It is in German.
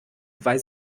weil